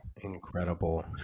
Incredible